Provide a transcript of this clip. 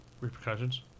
Repercussions